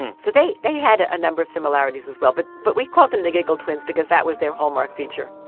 so they they had a number of similarities as well. but but we called them the giggle twins because that was their hallmark feature